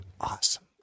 awesome